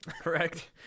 correct